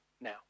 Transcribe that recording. now